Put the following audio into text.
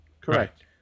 Correct